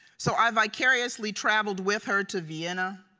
so i vicariously traveled with her to vienna,